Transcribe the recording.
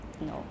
no